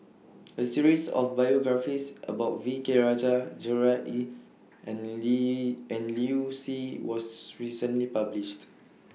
A series of biographies about V K Rajah Gerard Ee and Li and Liu Si was recently published